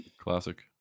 Classic